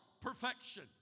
perfection